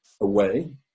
away